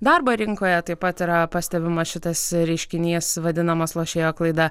darbo rinkoje taip pat yra pastebimas šitas reiškinys vadinamas lošėjo klaida